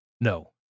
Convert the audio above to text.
No